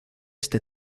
este